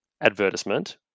advertisement